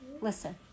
Listen